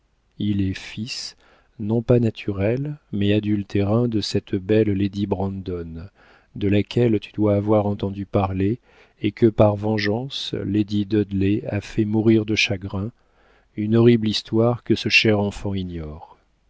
il est fils non pas naturel mais adultérin de cette belle lady brandon de laquelle tu dois avoir entendu parler et que par vengeance lady dudley a fait mourir de chagrin une horrible histoire que ce cher enfant ignore